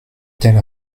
telle